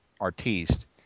Artiste